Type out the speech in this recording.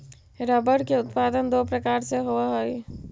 rubber के उत्पादन दो प्रकार से होवऽ हई